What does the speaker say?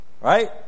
Right